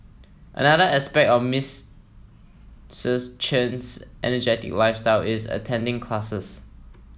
another aspect of Miss Chen's energetic lifestyle is attending classes